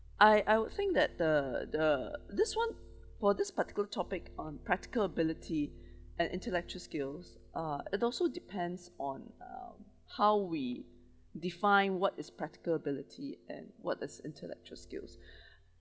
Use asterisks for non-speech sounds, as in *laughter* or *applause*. I I would think that the the this one for this particular topic on practical ability and intellectual skills ah it also depends on uh how we define what is practical ability and what is intellectual skills *breath*